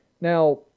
Now